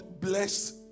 bless